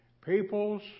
Peoples